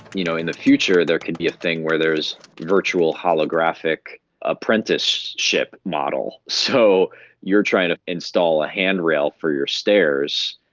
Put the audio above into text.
you know in the future there could be a thing where there is a virtual holographic apprenticeship model. so you're trying to install a handrail for your stairs,